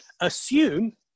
assume